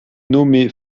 nommé